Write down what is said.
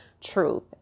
truth